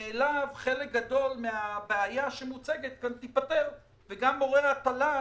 מאיליו חלק גדול מהבעיה שמוצגת כאן תיפתר וגם מורי התל"ן